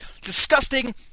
disgusting